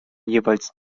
jeweils